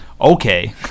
Okay